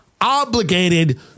obligated